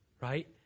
right